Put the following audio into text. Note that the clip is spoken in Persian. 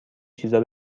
چیزا